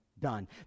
done